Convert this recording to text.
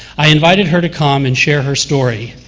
i invited her to come and share her story,